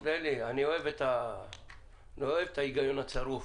תן לי רגע, אני אוהב את ההיגיון הצרוף